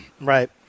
Right